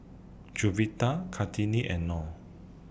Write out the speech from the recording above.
Juwita Kartini and Noh